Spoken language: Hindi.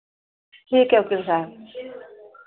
ठीक है वकील साहब